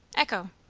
echo?